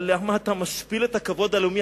אבל למה אתה משפיל את הכבוד הלאומי?